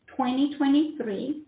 2023